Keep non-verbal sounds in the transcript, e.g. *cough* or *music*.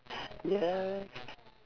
*breath* ya